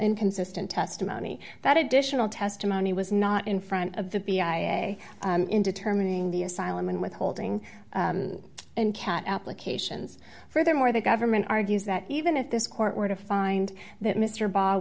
inconsistent testimony that additional testimony was not in front of the b i a in determining the asylum in withholding and cat applications furthermore the government argues that even if this court were to find that mr ba